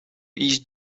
iść